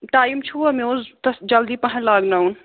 time چھُوا مےٚ اوس تَتھ جلدی پَہَم لاگناوُن